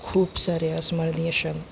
खूप सारे अस्मरणीय क्षण